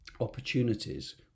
opportunities